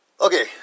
Okay